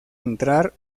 entrar